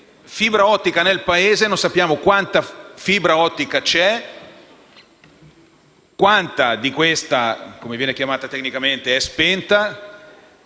fibra ottica nel Paese, ma non sappiamo quanta fibra ottica c'è, quanta di questa - come viene detto tecnicamente - è spenta